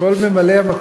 אין.